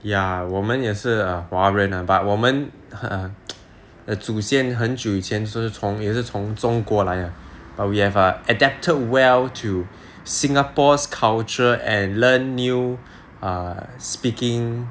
ya 我们也是华人 but 我们的祖先很久以前是也是从中国来的 but we have err adapted well to singapore's culture and learn new err speaking